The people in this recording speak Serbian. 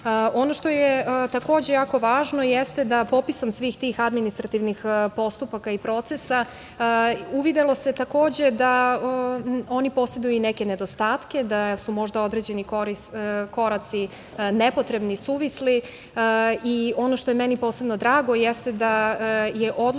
što je takođe jako važno jeste da popisom svih tih administrativnih postupaka i procesa, uvidelo se, takođe, da oni poseduju i neke nedostatke, da su možda određeni koraci nepotrebni, suvisli. Ono što je meni posebno drago jeste da je odlučeno